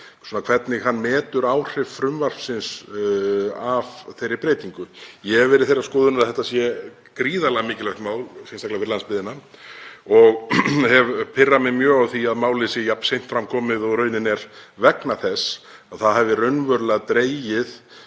hvernig hann metur áhrif þeirrar breytingar frumvarpsins. Ég hef verið þeirrar skoðunar að þetta sé gríðarlega mikilvægt mál, sérstaklega fyrir landsbyggðina, og hef pirrað mig mjög á því að málið sé jafn seint fram komið og raunin er vegna þess að það hafi raunverulega dregið